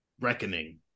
Reckoning